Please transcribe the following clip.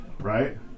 right